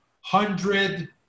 hundred